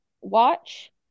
watch